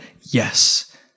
yes